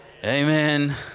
Amen